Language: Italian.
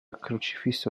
crocifisso